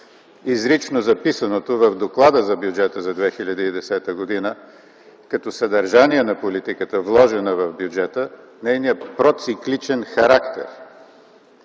изрично записаното в Доклада за бюджета за 2010 г. като съдържание на политиката, вложена в бюджета, нейният процикличен характер,